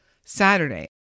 Saturday